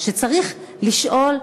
שצריך לשאול,